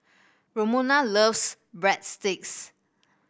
Romona loves Breadsticks